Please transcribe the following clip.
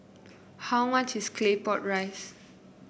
how much is Claypot Rice